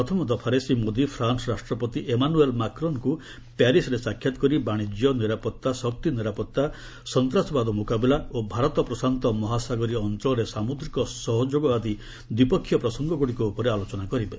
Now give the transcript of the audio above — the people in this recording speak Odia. ପ୍ରଥମ ଦଫାରେ ଶ୍ରୀ ମୋଦୀ ଫ୍ରାନ୍ନ ରାଷ୍ଟ୍ରପତି ଏମାନୁଏଲ୍ ମାକ୍ରନ୍ଙ୍କୁ ପ୍ୟାରିସ୍ରେ ସାକ୍ଷାତ କରି ବାଶିଜ୍ୟ ନିରାପତ୍ତା ଶକ୍ତିନିରାପତ୍ତା ସନ୍ତାସବାଦ ମୁକାବିଲା ଓ ଭାରତ ପ୍ରଶାନ୍ତ ମହାସାଗରୀୟ ଅଞ୍ଚଳରେ ସାମୁଦ୍ରିକ ସହଯୋଗ ଆଦି ଦ୍ୱିପକ୍ଷିୟ ପ୍ରସଙ୍ଗଗୁଡ଼ିକ ଉପରେ ଆଲୋଚନା କରିବେ